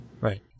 Right